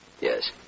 Yes